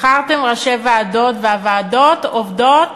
בחרתם ראשי ועדות והוועדות עובדות